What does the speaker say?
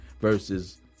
versus